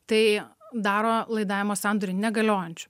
tai daro laidavimo sandorį negaliojančiu